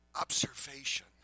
observation